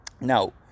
now